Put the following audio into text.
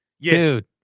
Dude